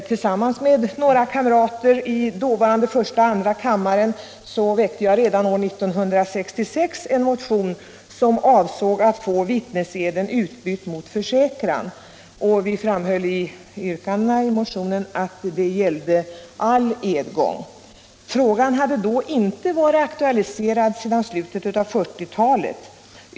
Tillsammans med några kamrater i dåvarande första och andra kammaren väckte jag redan år 1966 en motion som avsåg att få vittneseden utbytt mot försäkran. Vi framhöll i motionsyrkandet att det gällde all edgång. Frågan hade då inte aktualiserats sedan slutet av 1940-talet.